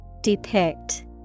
Depict